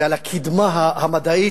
ועל הקדמה המדעית,